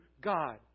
God